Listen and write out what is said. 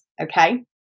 okay